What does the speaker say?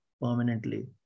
permanently